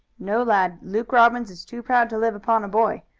no, lad. luke robbins is too proud to live upon a boy.